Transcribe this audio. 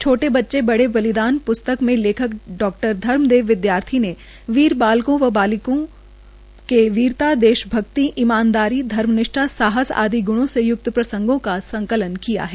छोटे बच्चे बड़े बलिदान प्स्तक में लेखक डॉ धर्मदेवी विद्यार्थी ने वीर बालकों व बालिकाओं की वीरता देश भक्ति ईमानदारी धर्मनिष्ठा साहस आदि ग्र्णो से य्क्त प्रसंगों का संकल्न किया है